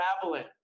traveling